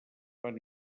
van